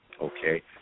okay